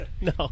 no